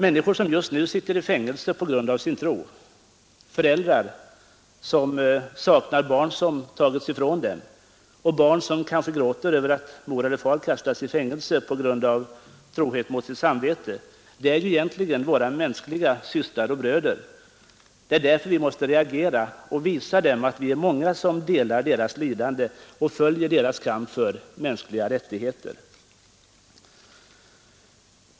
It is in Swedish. Människor som just nu sitter i fängelse för sin tro, föräldrar som saknar barn som tagits ifrån dem och barn som kanske gråter över att mor eller far kastats i fängelse på grund av trohet mot sitt samvete är alla våra systrar och bröder. Därför måste vi reagera och visa dem att vi är många som delar deras lidande och följer deras kamp för mänskliga rättigheter.